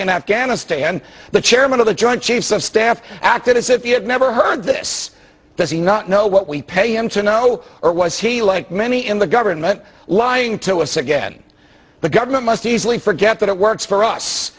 in afghanistan and the chairman of the joint chiefs of staff acted as if he had never heard this does he not know what we pay him to know or was he like many in the government lying to us again the government must easily forget that it works for us